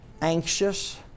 anxious